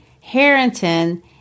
Harrington